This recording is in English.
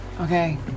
Okay